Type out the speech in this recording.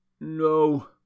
no